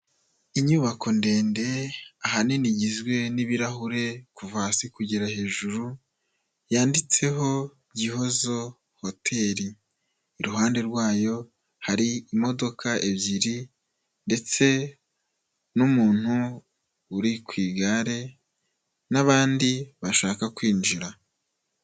Inyubako ndende, ahanini igizwe n'ibirahure kuva hasi kugera hejuru, yanditseho Gihozo hoteli, iruhande rwayo hari imodoka ebyiri, ndetse n'umuntu uri ku igare, n'abandi bashaka kwinjira.